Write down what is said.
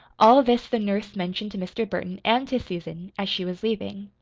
all this the nurse mentioned to mr. burton and to susan, as she was leaving.